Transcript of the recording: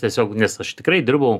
tiesiog nes aš tikrai dirbau